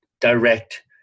direct